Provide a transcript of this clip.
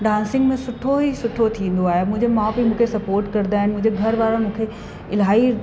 dancing में सुठो ई सुठो थींदो आहे मुंहिंजे माउ पीउ मूंखे सपोट कंदा आहिनि मुंहिंजे घर वारा मूंखे इलाही